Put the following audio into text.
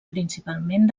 principalment